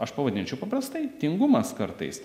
aš pavadinčiau paprastai tingumas kartais